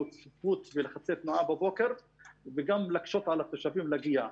צפיפות ולחצי תנועה בבוקר וגם יקשו על התושבים להגיע.